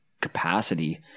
capacity